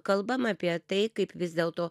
kalbama apie tai kaip vis dėlto